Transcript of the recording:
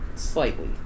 slightly